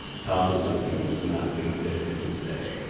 toss him something that's not gonna fit in his day.